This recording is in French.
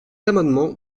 amendement